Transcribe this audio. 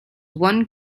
one